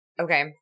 Okay